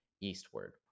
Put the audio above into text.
eastward